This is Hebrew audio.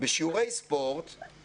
בכל הרמות ובכל הליגות.